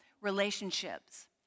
relationships